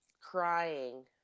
crying